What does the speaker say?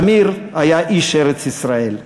שמיר היה איש ארץ-ישראל,